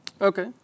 Okay